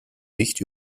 nicht